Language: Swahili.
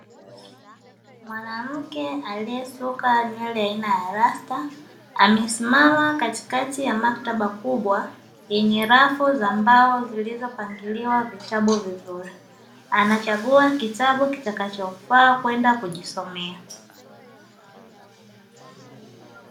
Mwanamke aliyesuka nywele aina ya rasta, amesimama katikati ya maktaba kubwa yenye rafu za mbao zilizopangiliwa vitabu vizuri, anachagua kitabu kitakachofaa kwenda kujisomea.